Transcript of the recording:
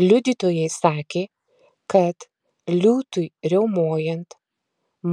liudytojai sakė kad liūtui riaumojant